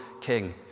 king